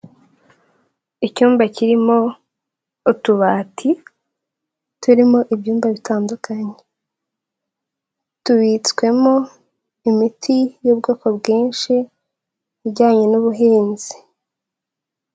Icyumba kirimo utubati, turimo ibyumba bitandukanye, tubitswemo imiti y'ubwoko bwinshi ijyanye n'ubuhinzi.